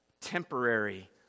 temporary